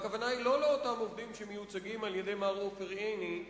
הכוונה היא לא לאותם עובדים שמיוצגים על-ידי מר עופר עיני,